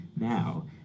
now